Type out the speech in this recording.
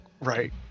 right